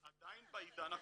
עדיין בעידן הקודם,